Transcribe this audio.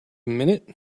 minute